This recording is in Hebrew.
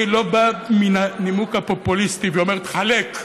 אני לא בא מהנימוק הפופוליסטי ואומר: תחלק.